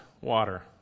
water